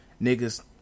niggas